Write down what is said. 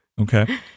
Okay